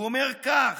הוא אומר כך: